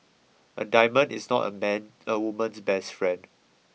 a diamond is not a man a woman's best friend